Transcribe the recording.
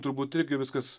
turbūt irgi viskas